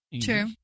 True